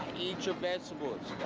eat your vegetables.